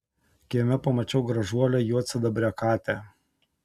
kieme pamačiau gražuolę juodsidabrę katę